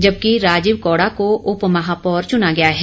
जबकि राजीव कौड़ा को उपमहापौर चुना गया है